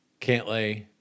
Cantlay